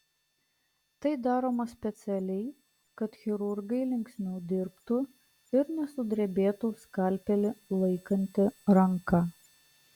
tai daroma specialiai kad chirurgai linksmiau dirbtų ir nesudrebėtų skalpelį laikanti ranka